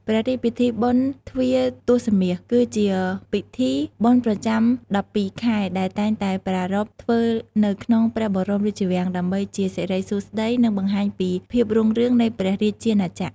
ព្រះរាជពិធីបុណ្យទ្វារទសមាស នេះគឺជាពិធីបុណ្យប្រចាំដប់ពីរខែ ដែលតែងតែប្រារព្ធឡើងនៅក្នុងព្រះបរមរាជវាំង ដើម្បីជាសិរីសួស្ដី និងបង្ហាញពីភាពរុងរឿងនៃព្រះរាជាណាចក្រ។